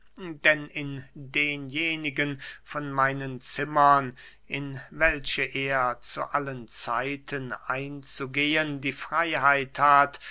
denn in denjenigen von meinen zimmern in welche er zu allen zeiten einzugehen die freyheit hat